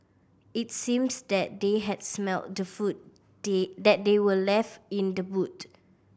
it seems that they had smelt the food they that they were left in the boot